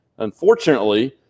Unfortunately